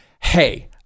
hey